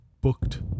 booked